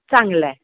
चांगलं आहे